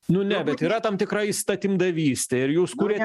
nu ne bet yra tam tikra įstatymdavystė ir jūs kuriat